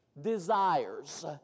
desires